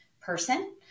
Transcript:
person